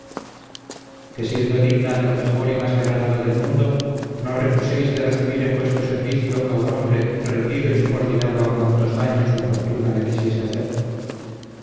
siendo digna de lo mejor y mas granado del mundo no recuséis de recibir en vuestro servicio a un hombre rendido y subordinado a cuantos daños la fortuna le quisiere hacer